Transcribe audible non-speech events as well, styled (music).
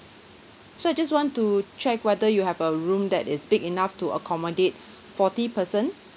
so I just want to check whether you have a room that is big enough to accommodate (breath) forty person